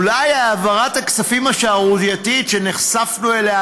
אולי העברת הכספים השערורייתית שנחשפנו אליה